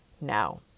now